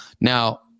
Now